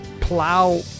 plow